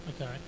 Okay